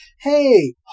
hey